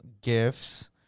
gifts